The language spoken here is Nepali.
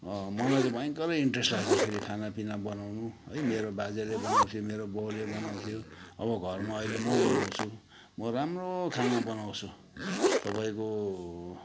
मलाई त भयङ्करै इन्टरेस्ट लाग्छ फेरि खानापिना बनाउनु है मेरो बाजेले बनाउँथ्यो मेरो बाउले बनाउँथ्यो अब घरमा अहिले म बनाउँछु म राम्रो खाना बनाउँछु तपाईँको